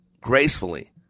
gracefully